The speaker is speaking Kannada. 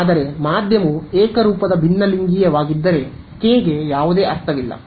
ಆದರೆ ಮಾಧ್ಯಮವು ಏಕರೂಪದ ಭಿನ್ನಲಿಂಗೀಯವಾಗಿದ್ದರೆ k ಗೆ ಯಾವುದೇ ಅರ್ಥವಿಲ್ಲ